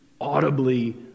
audibly